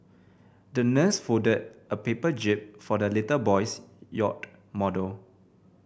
the nurse folded a paper jib for the little boy's yacht model